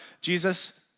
Jesus